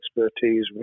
expertise